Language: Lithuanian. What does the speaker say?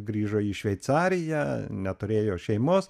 grįžo į šveicariją neturėjo šeimos